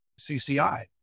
CCI